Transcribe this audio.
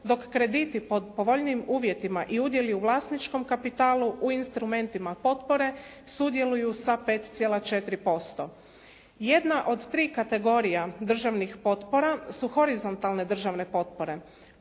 dok krediti pod povoljnijim uvjetima i udjeli u vlasničkom kapitalu u instrumentima potpore sudjeluju sa 5,4%. Jedna od tri kategorije državnih potpora su horizontalne državne potpore.